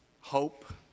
hope